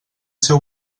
seu